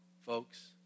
folks